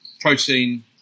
protein